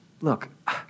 Look